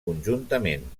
conjuntament